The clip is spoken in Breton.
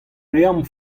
reomp